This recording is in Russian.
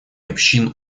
общин